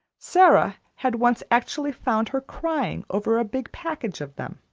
sara had once actually found her crying over a big package of them.